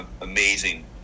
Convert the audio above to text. amazing